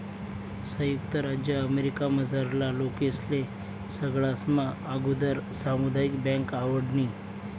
संयुक्त राज्य अमेरिकामझारला लोकेस्ले सगळास्मा आगुदर सामुदायिक बँक आवडनी